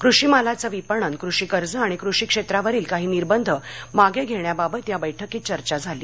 कृषी मालाचं विपणन कृषी कर्ज आणि कृषी क्षेत्रावरील काही निर्बंध मागे घेण्याबाबत या बैठकीत चर्चा झाली